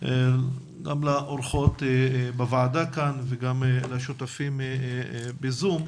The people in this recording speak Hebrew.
גם לאורחות בוועדה כאן וגם לשותפים בזום.